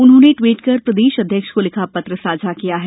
उन्होंने ट्वीट कर प्रदेश अध्यक्ष को लिखा पत्र साझा किया है